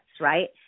right